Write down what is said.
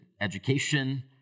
education